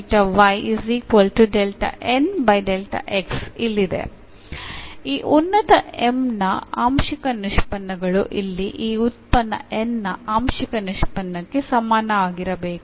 ಈ ಉತ್ಪನ್ನ M ನ ಆಂಶಿಕ ನಿಷ್ಪನ್ನಗಳು ಇಲ್ಲಿ ಈ ಉತ್ಪನ್ನ N ನ ಆಂಶಿಕ ನಿಷ್ಪನ್ನಕ್ಕೆ ಸಮನಾಗಿರಬೇಕು